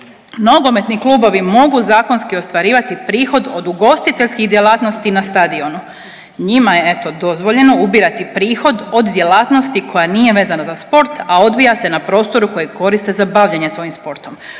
Nogometni klubovi mogu zakonski ostvarivati prihod od ugostiteljskih djelatnosti na stadionu. Njima je, eto, dozvoljeno, ubirati prihod od djelatnosti koja nije vezana za sport, a odvija se na prostoru kojeg koriste za bavljenje svojim sportom.